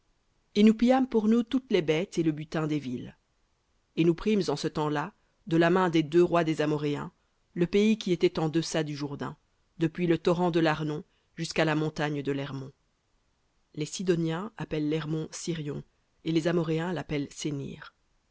pillâmes pour nous toutes les bêtes et le butin des villes et nous prîmes en ce temps-là de la main des deux rois des amoréens le pays qui était en deçà du jourdain depuis le torrent de l'arnon jusqu'à la montagne de lhermon les